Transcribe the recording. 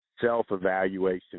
self-evaluation